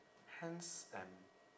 hands and